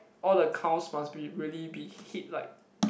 all the cows must be really hit like